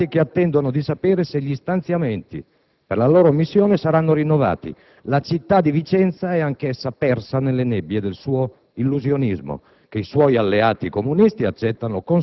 abbia nascosto dalla carta geografica i nostri soldati che attendono di sapere se gli stanziamenti per la loro missione saranno rinnovati. La città di Vicenza è anch'essa persa nelle nebbie del suo illusionismo